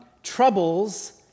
troubles